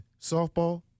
softball